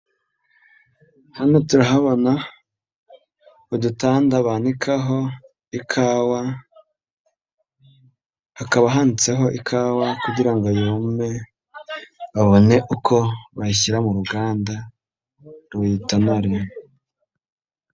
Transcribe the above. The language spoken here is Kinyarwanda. Hano turahabona udutanda bananikaho ikawa hakaba hanitseho ikawa kugira ngo yume babone uko bayishyira mu ruganda ruyitonore.